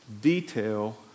detail